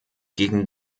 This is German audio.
gegen